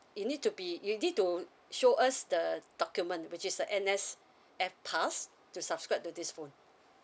you need to be you need to show us the document which is the N_S_F pass to subscribe to this phone